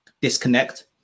disconnect